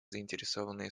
заинтересованные